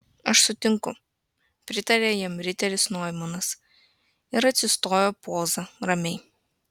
aš sutinku pritarė jam riteris noimanas ir atsistojo poza ramiai